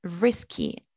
risky